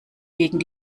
gegen